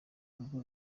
urugo